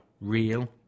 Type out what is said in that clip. real